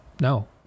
No